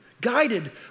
guided